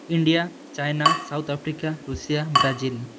India China South Africa Russia Brazil